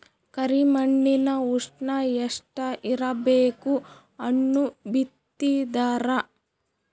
ಕರಿ ಮಣ್ಣಿನ ಉಷ್ಣ ಎಷ್ಟ ಇರಬೇಕು ಹಣ್ಣು ಬಿತ್ತಿದರ?